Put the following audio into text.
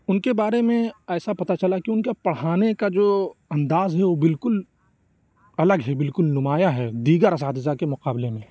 اُن کے بارے میں ایسا پتا چلا کہ اُن کا پڑھانے کا جو انداز ہے وہ بالکل الگ ہے بالکل نمایاں ہے دیگر اساتذہ کے مقابلے میں